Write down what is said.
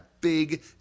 big